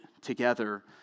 together